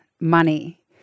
money